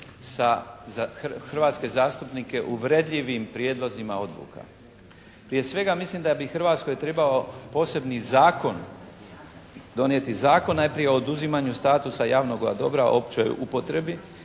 za hrvatske zastupnike uvredljivim prijedlozima odluka. Prije svega mislim da bi Hrvatskoj trebao posebni zakon, donijeti zakon najprije o oduzimanju statusa javnog dobra o općoj upotrebi